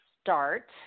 start